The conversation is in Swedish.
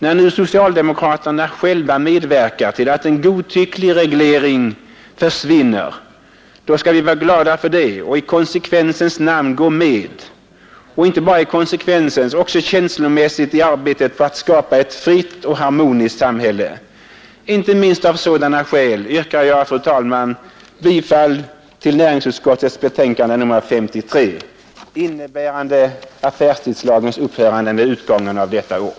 När nu socialdemokraterna själva medverkar till att en godtycklig reglering försvinner skall vi vara glada för det och i konsekvensens namn gå med — och inte bara i konsekvensens, utan också känslomässigt — i arbetet på att skapa ett fritt och harmoniskt samhälle. Inte minst av sådana skäl yrkar jag, herr talman, bifall till näringsutskottets betänkande nr 53, innebärande affärstidslagens upphörande med utgången av detta år.